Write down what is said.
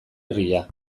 herria